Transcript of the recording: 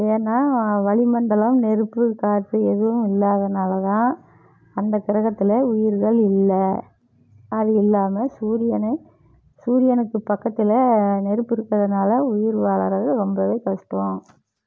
ஏன்னால் வளிமண்டலம் நெருப்பு காற்று எதுவும் இல்லாதனால் தான் அந்தக் கிரகத்தில் உயிர்கள் இல்லை அது இல்லாமல் சூரியனை சூரியனுக்குப் பக்கத்தில் நெருப்பு இருக்குறதுனால் உயிர் வாழுறது ரொம்பவே கஷ்டம்